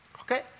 Okay